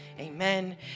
Amen